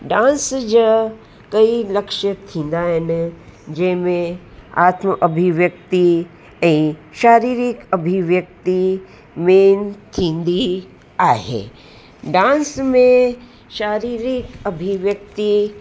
dance जा कई लक्ष थींदा आहिनि जंहिं में आत्म अभिव्यक्ति ऐं शारीरिक अभिव्यक्ति मेन थींदी आहे डांस में शारीरिक अभिव्यक्ति